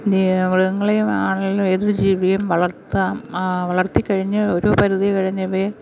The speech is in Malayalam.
ഈ മൃഗങ്ങളെയും ആളുകൾ ഏതൊരു ജീവിയേയും വളർത്താം വളർത്തി കഴിഞ്ഞ് ഒരു പരിധി കഴിഞ്ഞ് അവയെ